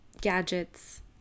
gadgets